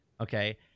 okay